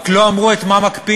רק לא אמרו את מה מקפיאים: